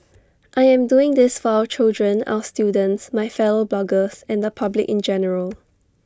I am doing this for our children our students my fellow bloggers and the public in general